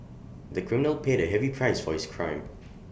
the criminal paid A heavy price for his crime